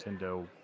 Nintendo